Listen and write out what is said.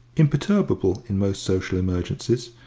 imperturbable in most social emergencies,